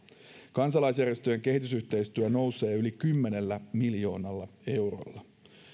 kansalaisjärjestöjen kehitysyhteistyö nousee yli kymmenellä miljoonalla eurolla